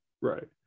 Right